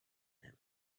him